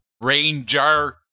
Ranger